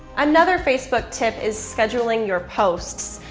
another facebook tip is scheduling your posts.